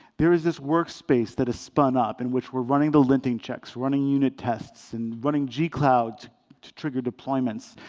there is this workspace that is spun up, in which we're running the linting checks, running unit tests, and running g cloud to trigger deployments.